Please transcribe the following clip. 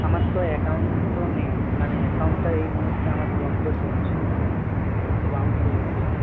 আমার তো অ্যাকাউন্ট তো নেই মানে অ্যাকাউন্টটা এই মুহূর্তে আমার বন্ধ চলছে মানে একটু বাউন্স হয়ে গেছে